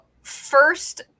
first